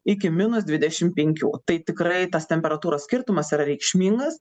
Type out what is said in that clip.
iki minus dvidešimt penkių tai tikrai tas temperatūros skirtumas yra reikšmingas